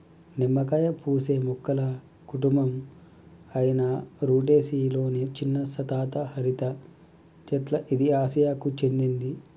నిమ్మకాయ పూసే మొక్కల కుటుంబం అయిన రుటెసి లొని చిన్న సతత హరిత చెట్ల ఇది ఆసియాకు చెందింది